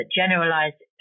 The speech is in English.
generalized